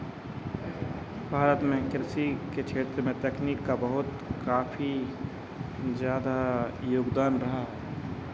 भारत में कृषि के क्षेत्र में तकनीक का बहुत काफ़ी ज़्यादा योगदान रहा